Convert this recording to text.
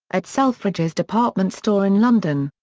at selfridge's department store in london.